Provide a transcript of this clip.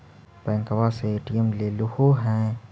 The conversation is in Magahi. बैंकवा से ए.टी.एम लेलहो है?